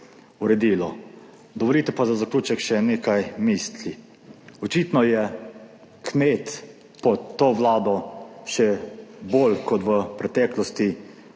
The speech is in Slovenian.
uredilo. Dovolite pa za zaključek še nekaj misli. Očitno je kmet pod to vlado še bolj kot v preteklosti